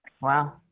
Wow